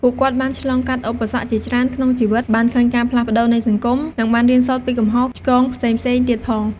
ពួកគាត់បានឆ្លងកាត់ឧបសគ្គជាច្រើនក្នុងជីវិត បានឃើញការផ្លាស់ប្តូរនៃសង្គម និងបានរៀនសូត្រពីកំហុសឆ្គងផ្សេងៗទៀតផង។